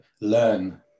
learn